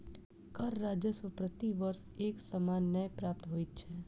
कर राजस्व प्रति वर्ष एक समान नै प्राप्त होइत छै